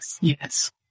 Yes